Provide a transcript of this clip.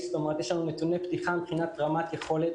יש נתוני פתיחה מבחינת רמת יכולת,